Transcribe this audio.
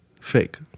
fake